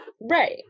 right